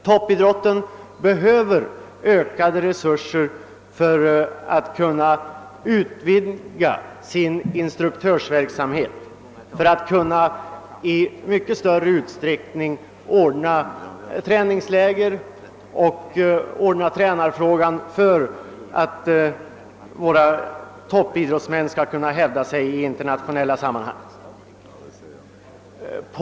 Toppidrotten behöver ökade resurser för att kunna utvidga sin instruktörsverksamhet, för att i mycket större utsträckning än för närvarande kunna anordna träningsläger och för att lösa ledarfrågan allt i syfte att göra det möjligt för våra toppidrottsmän att hävda sig i internationella sammanhang.